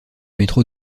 métro